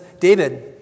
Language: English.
David